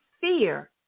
fear